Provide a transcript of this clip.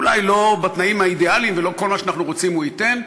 אולי לא בתנאים האידיאליים ולא כל מה שאנחנו רוצים הוא ייתן,